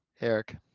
Eric